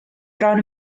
bron